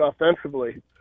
offensively